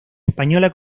española